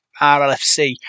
RLFC